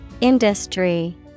Industry